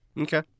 Okay